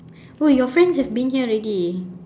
oh your friends have been here already